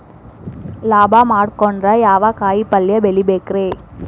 ಲಾಭ ಮಾಡಕೊಂಡ್ರ ಯಾವ ಕಾಯಿಪಲ್ಯ ಬೆಳಿಬೇಕ್ರೇ?